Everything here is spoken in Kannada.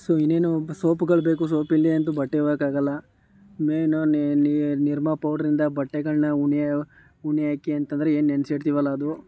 ಸೊ ಇನ್ನೇನು ಸೋಪುಗಳು ಬೇಕು ಸೋಪ್ ಇಲ್ದೆಯಂತೂ ಬಟ್ಟೆ ಒಗೆಯಕ್ಕಾಗೋಲ್ಲ ಮೇಯ್ನು ನಿರ್ಮ ಪೌಡರಿಂದ ಬಟ್ಟೆಗಳನ್ನು ಉಣಿಯಾ ಉಣಿಯಾಕೆ ಅಂತಂದರೆ ಏನು ನೆನ್ಸಿಡ್ತೀವಲ್ಲ ಅದು